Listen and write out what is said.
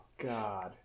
god